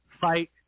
fight